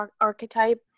archetype